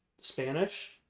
Spanish